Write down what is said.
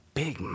big